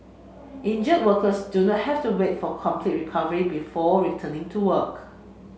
injured workers do not have to wait for complete recovery before returning to work